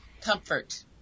Comfort